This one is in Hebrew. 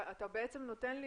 אתה בעצם נותן לי